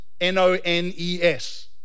N-O-N-E-S